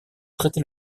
traiter